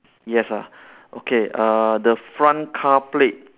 yes ah okay uh the front car plate